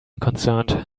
concerned